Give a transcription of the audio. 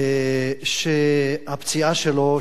שהפציעה שלו,